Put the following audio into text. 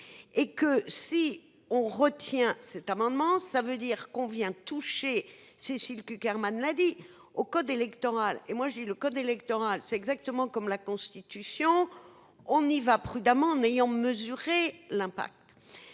Et que si on retient cet amendement. Ça veut dire qu'on vient toucher Cécile Cukierman lundi au code électoral. Et moi j'ai le code électoral, c'est exactement comme la constitution, on y va prudemment n'ayant mesuré l'impact.